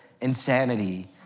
insanity